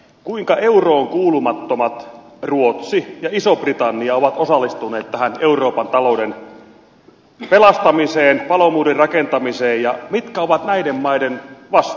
kuinka euroon kuulumattomat ruotsi ja iso britannia ovat osallistuneet tähän euroopan talouden pelastamiseen palomuurin rakentamiseen ja mitkä ovat näiden maiden vastuut